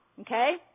okay